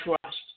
trust